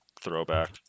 throwback